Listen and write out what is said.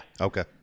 Okay